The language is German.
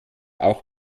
auch